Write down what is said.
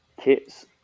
kits